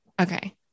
Okay